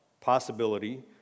possibility